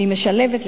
הדברה שמשלבת,